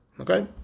Okay